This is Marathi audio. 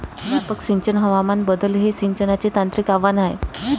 व्यापक सिंचन हवामान बदल हे सिंचनाचे तांत्रिक आव्हान आहे